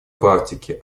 практике